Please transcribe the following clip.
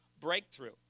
breakthrough